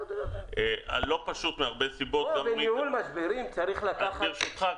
זה לא פשוט מהרבה סיבות -- בניהול משברים צריך לקחת -- אז ברשותך,